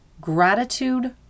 Gratitude